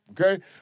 Okay